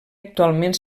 actualment